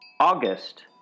August